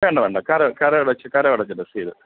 വേണ്ട വേണ്ട കരം കരം അടച്ച കരം അടച്ച രസീത്